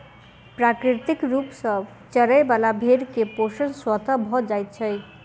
प्राकृतिक रूप सॅ चरय बला भेंड़ के पोषण स्वतः भ जाइत छै